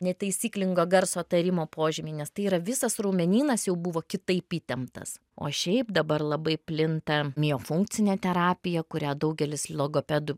netaisyklingo garso tarimo požymiai nes tai yra visas raumenynas jau buvo kitaip įtemptas o šiaip dabar labai plinta miofunkcinė terapija kurią daugelis logopedų